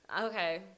okay